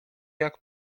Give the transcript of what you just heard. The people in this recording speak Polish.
jak